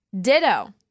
Ditto